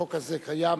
החוק הזה קיים